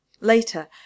Later